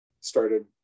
started